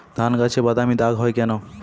ধানগাছে বাদামী দাগ হয় কেন?